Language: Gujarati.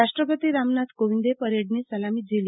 રાષ્ટ્રપતિ રામનાથ કોવિંદે પરેડની સલામી ઝીલી